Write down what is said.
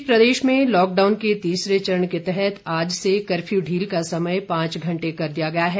इस बीच प्रदेश में लॉकडाउन के तीसरे चरण के तहत आज से कफ्यू ढील का समय पांच घंटे कर दिया गया है